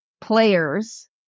players